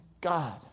God